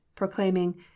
proclaiming